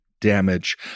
damage